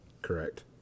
correct